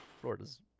Florida's